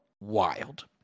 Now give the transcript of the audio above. wild